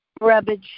rubbish